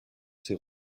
ses